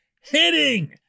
hitting